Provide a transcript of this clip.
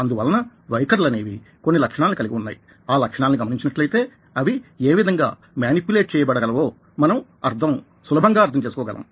అందువలన వైఖరులనేవి కొన్ని లక్షణాలని కలిగి వున్నాయి ఆ లక్షణాలని గమనించినట్లయితే అవి ఏ విధంగా మానిప్యులేట్ చేయబడగలవో మనం సులభంగా అర్ధం చేసుకోగలం